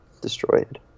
destroyed